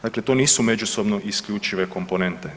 Dakle, to nisu međusobno isključive komponente.